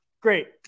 great